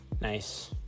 Nice